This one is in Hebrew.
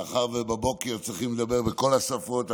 מאחר שבבוקר צריכים לדבר בכל השפות,